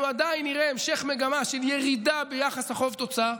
אנחנו עדיין נראה המשך מגמה של ירידה ביחס החוב תוצר.